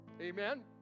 Amen